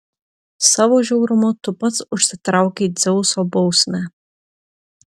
savo žiaurumu tu pats užsitraukei dzeuso bausmę